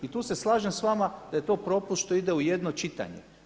I tu se slažem s vama da je to propust što ide u jedno čitanje.